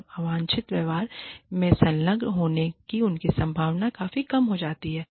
तब अवांछनीय व्यवहार में संलग्न होने की उनकी संभावना काफी कम हो जाती है